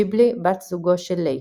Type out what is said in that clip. ג'יבלי – בת זוגו של לייק.